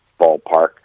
ballpark